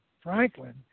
Franklin